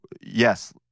yes